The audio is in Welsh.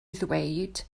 ddweud